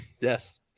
Yes